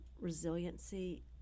resiliency